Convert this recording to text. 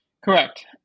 Correct